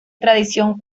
tradición